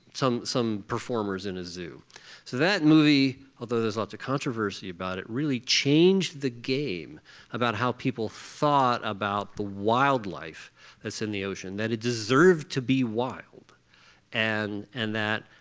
some some performers in a zoo. so that movie, although there's lots of controversy about it, really changed the game about how people people thought about the wildlife that's in the ocean, that it deserved to be wild and and that